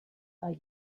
are